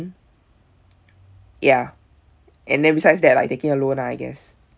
ya and then besides that like taking a loan lah I guess